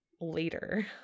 later